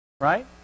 Right